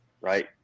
right